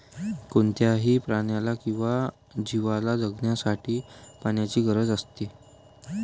कोणत्याही प्राण्याला किंवा जीवला जगण्यासाठी पाण्याची गरज असते